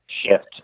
shift